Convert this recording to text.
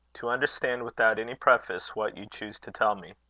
to understand without any preface what you choose to tell me.